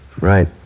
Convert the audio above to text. Right